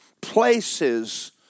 Places